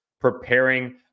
preparing